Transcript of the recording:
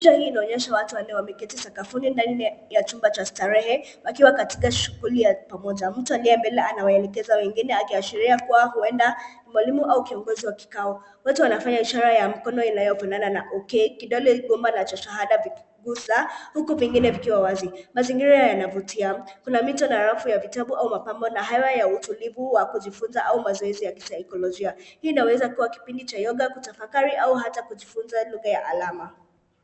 Picha hii inaonyesha watu wanane wameketi sakafuni ndani ya chumba cha starehe, wakiwa katika shughuli ya pamoja. Mtu aliye mbele anawaelekeza wengine akiashiria kuwa huenda ni mwalimu au kiongozi wa kikao. Wote wanafanya ishara ya mkono inayofanana na okay . Kidole gumba na cha shahada vikigusa, huku vingine vikiwa wazi. Mazingira yanavutia. Kuna mito na rafu ya vitabu au mapambo na hewa ya utulivu wa kujifunza au mazoezi ya kisaikolojia. Hii inaweza kuwa kipindi cha yoga , kutafakari au hata kujifunza lugha ya alama.